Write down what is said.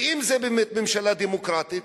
ואם זאת באמת ממשלה דמוקרטית,